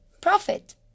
profit